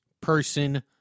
Person